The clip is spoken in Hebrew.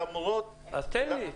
למרות --- תן לי,